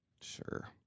Sure